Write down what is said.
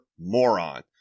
moron